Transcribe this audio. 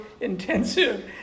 intensive